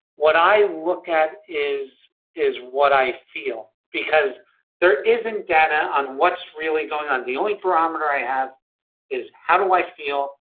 what i look at is is what i feel, because there isn't data on what's really going on. the only barometer i have is how do i feel,